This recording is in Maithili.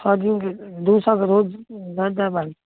छओ दिन दू सए कऽ रोज दऽ देबै